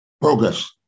Progress